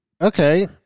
Okay